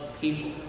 people